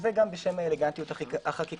זה גם בשם האלגנטיות החקיקתית.